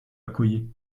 accoyer